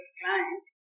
client